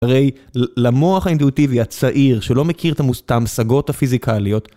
הרי למוח האינטואוטיבי הצעיר שלא מכיר את ההמשגות הפיזיקליות